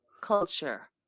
culture